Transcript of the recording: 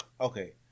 okay